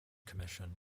commission